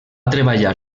treballar